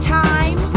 time